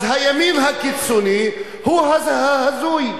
אז הימין הקיצוני הוא ההזוי.